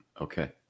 Okay